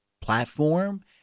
platform